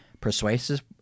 persuasive